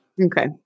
Okay